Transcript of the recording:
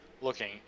looking